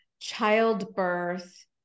childbirth